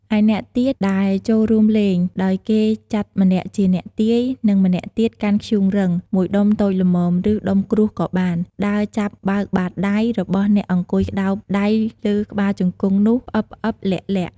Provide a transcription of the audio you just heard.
អ្នកឯទៀតដែលចូលរួមលេង ដោយគេចាត់ម្នាក់ជាអ្នកទាយ និងម្នាក់ទៀតកាន់ធ្យូងរឹង ១ដុំតូចល្មម ឬដុំក្រួសក៏បាន ដើរចាប់បើកបាត់ដៃ របស់អ្នកអង្គុយក្តោបដៃលើក្បាលជង្គង់នោះ ផ្អឹបៗ លាក់ៗ។